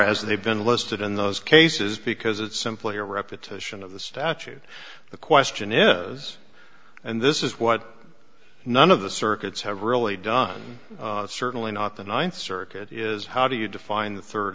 as they've been listed in those cases because it's simply a repetition of the statute the question is and this is what none of the circuits have really done certainly not the ninth circuit is how do you define the third